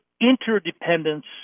interdependence